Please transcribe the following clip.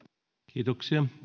kiitoksia